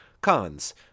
Cons